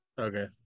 Okay